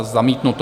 Zamítnuto.